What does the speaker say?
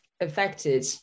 affected